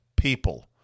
people